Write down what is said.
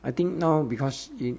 I think now because